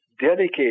dedicate